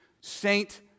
Saint